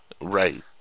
Right